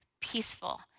peaceful